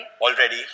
already